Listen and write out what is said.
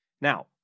Now